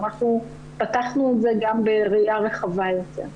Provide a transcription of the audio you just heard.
אנחנו פתחנו זה גם בראייה רחבה יותר.